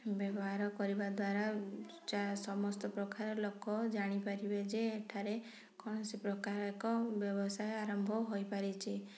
ବ୍ୟବହାର କରିବା ଦ୍ୱାରା ସମସ୍ତ ପ୍ରକାର ଲୋକ ଜାଣିପାରିବେ ଯେ ଏଠାରେ କୌଣସି ପ୍ରକାର ଏକ ବ୍ୟବସାୟ ଆରମ୍ଭ ହୋଇପାରିଛି